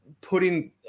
putting